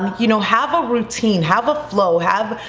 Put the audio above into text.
you know, have a routine, have a flow have,